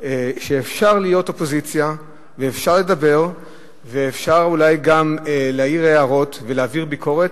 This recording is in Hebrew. שאפשר להיות אופוזיציה ואפשר לדבר ואפשר גם להעיר הערות ולהעביר ביקורת,